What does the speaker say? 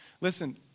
listen